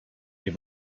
ihr